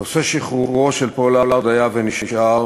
נושא שחרורו של פולארד היה ונשאר